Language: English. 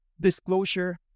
Disclosure